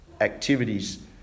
activities